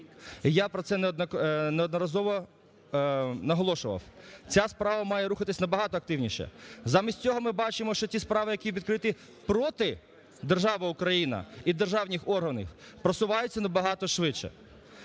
я про це неодноразово наголошував. Ця справа має рухатись набагато активніше. Замість цього ми бачимо, що ті справи, які відкриті проти держави Україна і державних органів, просуваються набагато швидше.